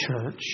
church